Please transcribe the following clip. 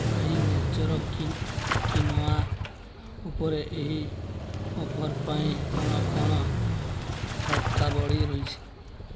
Bai nature kin quinoa ଉପରେ ଏହି offer ପାଇଁ କ'ଣ କ'ଣ ସର୍ତ୍ତାବଳୀ ରହିଛି